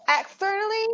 externally